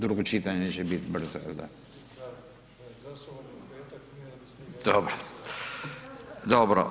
Drugo čitanje će biti brzo, jel da? … [[Upadica sa strane, ne razumije se.]] Dobro.